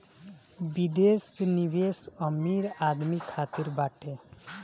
विदेश निवेश अमीर आदमी खातिर बाटे